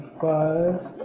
Five